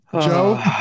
Joe